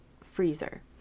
freezer